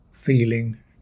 feeling